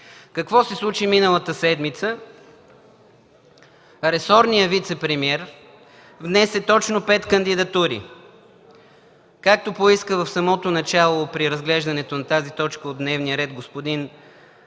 Какво се случи миналата седмица? Ресорният вицепремиер внесе точно пет кандидатури. Когато в самото начало на разглеждането на тази точка от дневния ред господин